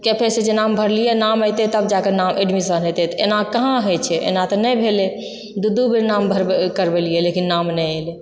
cafe से जे नाम भरलियै नाम एतै तब जाए कऽ नाम एडमिशन हेतै तऽ एना कहाँ होइत छै एना तऽ नहि भेलै दू दू बेर नाम भर करबेलियै लेकिन नाम नहि एलै